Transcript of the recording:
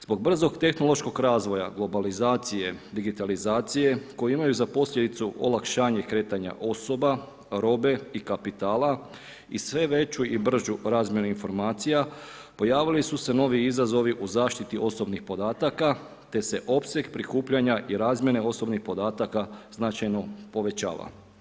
Zbog brzog tehnološkog razvoja, globalizacije, digitalizacije, koji imaju za posljedicu olakšanje kretanja osoba, robe i kapitala i sve veću i bržu razmjenu informacija, pojavili su se novi izazovi u zaštiti osobnih podataka, te se opseg prikupljanja i razmjene osobnih podataka značajno povećava.